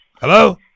Hello